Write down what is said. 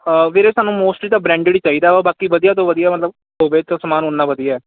ਵੀਰੇ ਸਾਨੂੰ ਮੋਸਟਲੀ ਤਾਂ ਬਰੈਂਡਡ ਹੀ ਚਾਹੀਦਾ ਵਾ ਬਾਕੀ ਵਧੀਆ ਤੋਂ ਵਧੀਆ ਮਤਲਬ ਹੋਵੇ ਤਾਂ ਸਮਾਨ ਉੰਨਾ ਵਧੀਆ ਹੈ